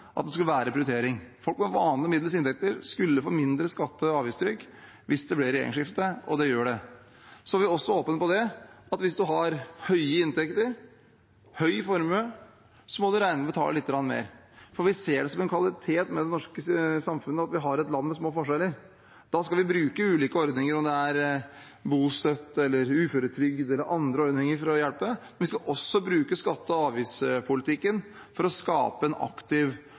skulle være en prioritering. Folk med vanlige og middels inntekter skulle få mindre skatte- og avgiftstrykk hvis det ble regjeringsskifte, og slik blir det. Så er vi også åpne på at hvis du har høye inntekter, høy formue, må du regne med å betale lite grann mer, for vi ser det som en kvalitet i det norske samfunnet at vi har et land med små forskjeller. Da skal vi bruke ulike ordninger – om det er bostøtte, uføretrygd eller andre ordninger – for å hjelpe, men vi skal også bruke skatte- og avgiftspolitikken for å skape en aktiv